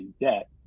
debt